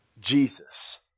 Jesus